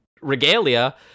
regalia